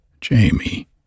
Jamie